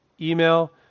Email